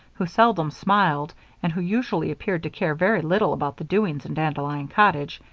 who seldom smiled and who usually appeared to care very little about the doings in dandelion cottage,